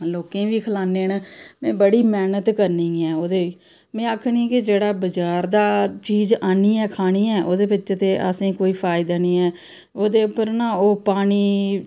लोकें गी बी खलान्ने न में बड़ी मैह्नत करनी ऐं ओह्दे में आखनियां कि जेह्ड़ा बजार दा चीज आह्नियै खानी ऐ ओह्दे बिच्च ते असें कोई फायदा निं ऐ ओह्दे उप्पर ना ओह् पानी